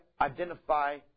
identify